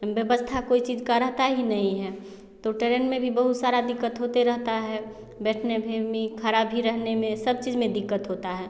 व्यवस्था कोई चीज़ का रहता ही नहीं है तो टेरेन में भी बहुत सारा दिक़्क़त होते रहता है बैठने में भी खड़ा भी रहने में सब चीज़ में दिक़्क़त होता है